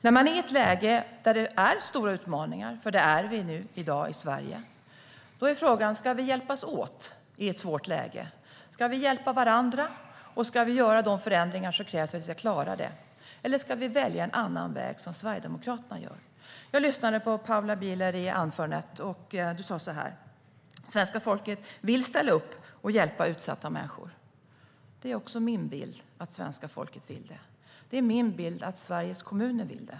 När man är i ett läge där det är stora utmaningar - där är vi i dag i Sverige - är frågan: Ska vi hjälpas åt i ett svårt läge? Ska vi hjälpa varandra? Och ska vi göra de förändringar som krävs för att vi ska klara det? Eller ska vi välja en annan väg, som Sverigedemokraterna gör? Jag lyssnade på Paula Bielers anförande. Hon sa att svenska folket vill ställa upp och hjälpa utsatta människor. Det är också min bild. Svenska folket vill det. Det är min bild att Sveriges kommuner vill det.